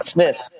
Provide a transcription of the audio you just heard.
Smith